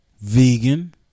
Vegan